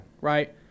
right